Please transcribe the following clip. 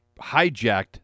hijacked